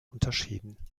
unterschieden